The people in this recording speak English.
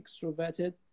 extroverted